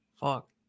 Fuck